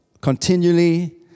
continually